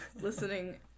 listening